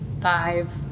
five